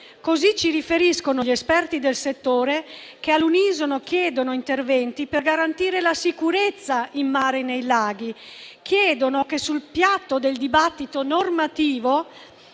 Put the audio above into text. così ci riferiscono gli esperti del settore, che all'unisono chiedono interventi per garantire la sicurezza in mare e nei laghi e chiedono che sul piatto del dibattito normativo